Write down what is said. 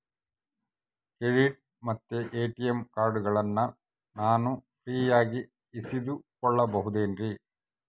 Credit ಮತ್ತ ATM ಕಾರ್ಡಗಳನ್ನ ನಾನು ಫ್ರೇಯಾಗಿ ಇಸಿದುಕೊಳ್ಳಬಹುದೇನ್ರಿ?